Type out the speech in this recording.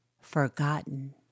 forgotten